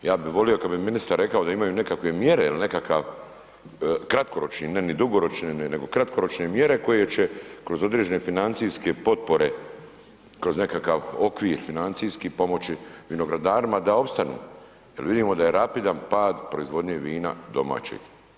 Ja bi volio kad bi ministar rekao da imaju nekakve mjere il nekakav kratkoročni, ne ni dugoročni, nego kratkoročne mjere koje će kroz određene financijske potpore, kroz nekakav okvir financijski pomoći vinogradarima da opstane jer vidimo da je rapidan pad proizvodnje vina domaćeg.